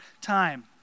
time